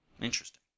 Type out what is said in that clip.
Interesting